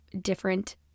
different